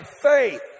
faith